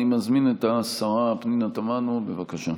אני מזמין את השרה פנינה תמנו, בבקשה.